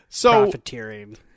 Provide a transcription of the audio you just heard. Profiteering